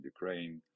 Ukraine